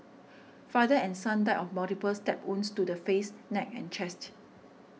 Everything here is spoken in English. father and son died of multiple stab wounds to the face neck and chest